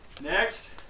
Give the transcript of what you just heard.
Next